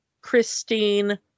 Christine